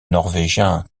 norvégien